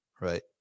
right